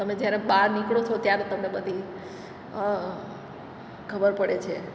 તમે જ્યારે બહાર નીકળો છો ત્યારે તમને બધી ખબર પડે છે